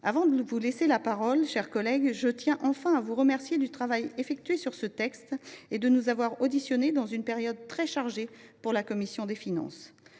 Avant de vous laisser la parole, mon cher collègue, je tiens à vous remercier pour le travail effectué sur ce texte et de nous avoir auditionnés dans une période très chargée pour la commission des finances.